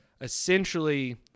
essentially